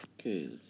Okay